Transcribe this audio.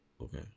Okay